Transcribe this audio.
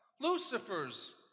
Lucifer's